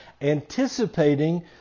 anticipating